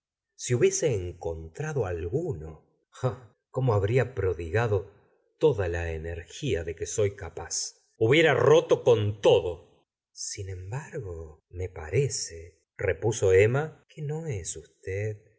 si hubiese encontrado alguno oh cómo habría prodigado toda la energía de que soy capaz hubiera roto con todo sin embargo me parece repuso emma que no es usted